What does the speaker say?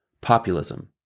Populism